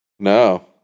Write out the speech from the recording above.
No